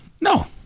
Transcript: No